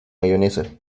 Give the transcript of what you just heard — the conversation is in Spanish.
mayonesa